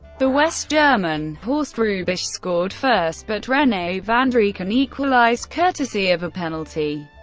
the west german horst hrubesch scored first, but rene vandereycken equalised courtesy of a penalty.